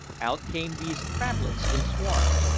out came these crablets in swarms,